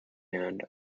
hand